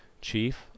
chief